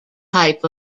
type